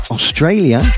Australia